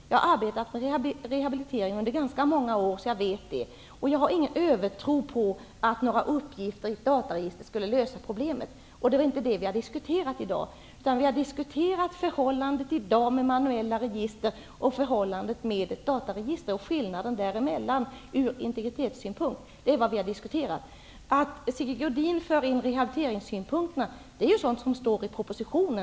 Jag har arbetat med rehabilitering under ganska många år. Jag har ingen övertro på att några uppgifter i ett dataregister skall lösa problemet. Det är inte heller den saken vi har diskuterat i dag, utan vi har diskuterat förhållandet med manuella register och förhållandet med ett dataregister och skillnaden däremellan ur integritetssynpunkt. Sigge Godin för in rehabiliteringssynpunkterna. Det är sådant som står i propositionen.